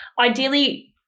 ideally